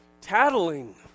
Tattling